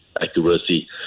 accuracy